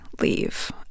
leave